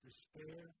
despair